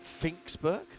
Finksburg